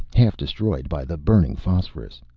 half destroyed by the burning phosphorus.